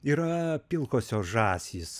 yra pilkosios žąsys